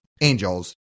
Angels